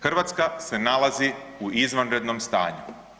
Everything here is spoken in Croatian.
Hrvatska se nalazi u izvanrednom stanju.